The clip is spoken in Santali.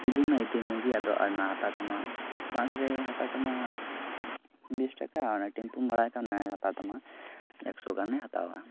ᱤᱫᱤ ᱢᱟᱭ ᱤᱫᱤ ᱢᱮᱜᱮᱭᱟ ᱟᱫᱚ ᱟᱭᱢᱟᱭ ᱦᱟᱛᱟᱣ ᱛᱟᱢᱟ ᱵᱟᱥ ᱨᱮᱭ ᱦᱟᱛᱟᱣ ᱛᱟᱢᱟ ᱵᱤᱥ ᱴᱟᱠᱟ ᱟᱨ ᱴᱮᱢᱯᱩᱢ ᱵᱷᱟᱲᱟᱭ ᱠᱷᱟᱱ ᱦᱟᱛᱟᱣ ᱛᱟᱢᱟᱭ ᱮᱠᱥᱚ ᱜᱟᱱ ᱮ ᱦᱟᱛᱟᱣᱟ